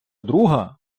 друга